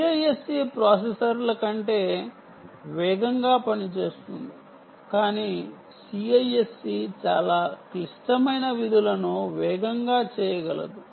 CISC ప్రాసెసర్ల కంటే వేగంగా పనిచేస్తుంది కాని CISC చాలా క్లిష్టమైన విధులను వేగంగా చేయగలదు